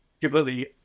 completely